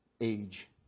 age